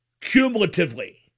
cumulatively